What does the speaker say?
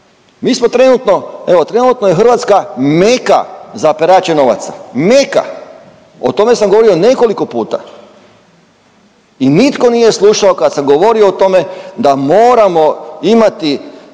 Mi smo trenutno, evo trenutno je Hrvatska meka za perače novaca, meka. O tome sam govorio nekoliko puta i nitko nije slušao kad sam govorio o tome da moramo imati